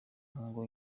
ngo